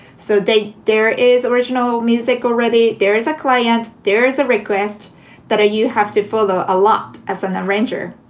so they there is original music already. there is a client. there is a request that are you have to follow a lot as an arranger.